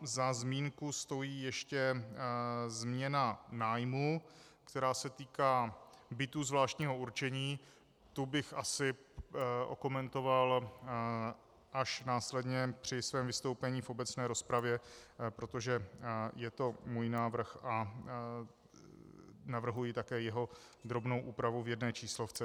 Za zmínku stojí ještě změna nájmu, která se týká bytů zvláštního určení, tu bych asi okomentoval až následně při svém vystoupení v obecné rozpravě, protože je to můj návrh a navrhuji také jeho drobnou úpravu v jedné číslovce.